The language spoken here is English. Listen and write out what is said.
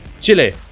Chile